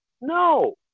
No